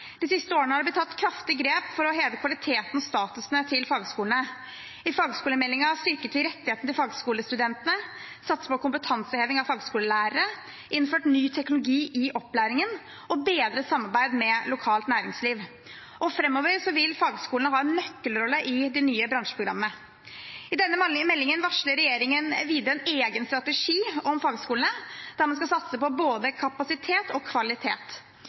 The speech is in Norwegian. De siste årene har det blitt tatt kraftige grep for å heve kvaliteten og statusen til fagskolene. I fagskolemeldingen styrket man rettighetene til fagskolestudentene, satset på kompetanseheving av fagskolelærere, innførte ny teknologi i opplæringen og bedret samarbeidet med lokalt næringsliv. Framover vil fagskolene ha en nøkkelrolle i de nye bransjeprogrammene. I denne meldingen varsler regjeringen videre en egen strategi for fagskolene, der man skal satse på både kapasitet og kvalitet.